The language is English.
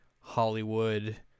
Hollywood